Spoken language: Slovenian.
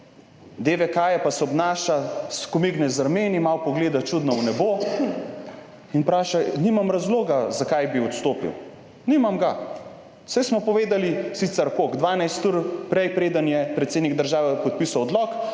DVK pa se obnaša, skomigne z rameni, malo pogleda čudno v nebo in vpraša, nimam razloga zakaj bi odstopil. Nimam ga. Saj smo povedali, sicer koliko, dvanajst ur prej preden je predsednik države podpisal odlok,